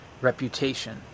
reputation